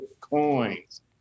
coins